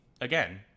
again